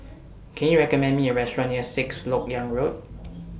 Can YOU recommend Me A Restaurant near Sixth Lok Yang Road